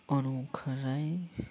Anukha Rai